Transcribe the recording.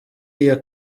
iya